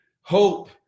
hope